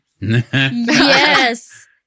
Yes